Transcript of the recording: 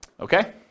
okay